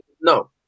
no